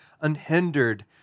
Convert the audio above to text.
unhindered